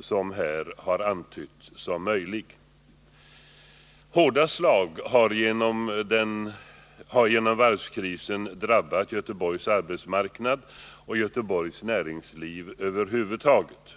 som här har antytts som möjlig. Hårda slag har genom varvskrisen drabbat Göteborgs arbetsmarknad och Göteborgs näringsliv över huvud taget.